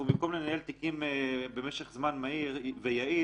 במקום לנהל תיקים במשך זמן מהיר ויעיל,